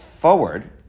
forward